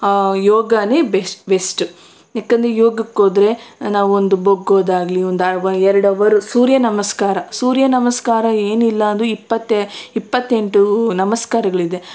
ಯೋಗನೇ best best ಯಾಕೆಂದ್ರೆ ಯೋಗಕ್ಕೋದ್ರೆ ನಾವೊಂದು ಬಗ್ಗೋದಾಗಲಿ ಒಂದೆರಡವರ್ ಸೂರ್ಯ ನಮಸ್ಕಾರ ಸೂರ್ಯ ನಮಸ್ಕಾರ ಏನಿಲ್ಲಾಂದ್ರೂ ಇಪ್ಪತ್ತೆ ಇಪ್ಪತ್ತೆಂಟು ನಮಸ್ಕಾರಗಳಿದೆ